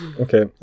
okay